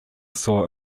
saw